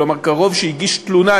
כלומר קרוב שהגיש תלונה,